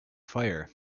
fire